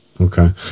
Okay